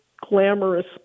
glamorous